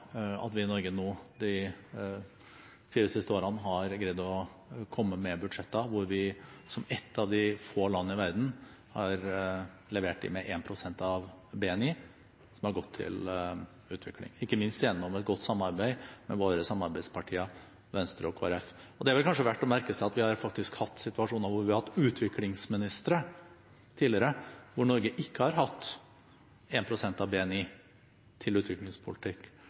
at vi i Norge nå de fire siste årene har greid å komme med budsjetter hvor vi som et av få land i verden har levert at 1 pst. av BNI har gått til utvikling, gjennom et godt samarbeid med våre samarbeidspartier Venstre og Kristelig Folkeparti. Det er vel kanskje verdt å merke seg at vi faktisk har hatt situasjoner hvor vi har hatt utviklingsministre tidligere, og Norge ikke har hatt 1 pst. av BNI til utviklingspolitikk,